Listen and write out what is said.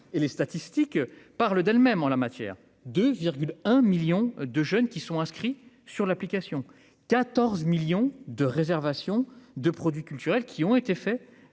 et les statistiques parlent d'elles-mêmes en la matière de un 1000000 de jeunes qui sont inscrits sur l'application 14 millions de réservations de produits culturels, qui ont été faits